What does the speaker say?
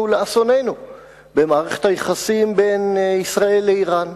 לאסוננו במערכת היחסים בין ישראל לאירן.